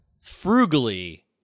frugally